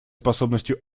способностью